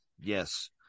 Yes